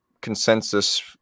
consensus